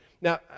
Now